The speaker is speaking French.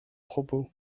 propos